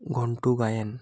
Ghantu Gayen